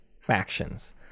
factions